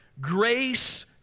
grace